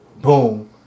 boom